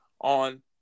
on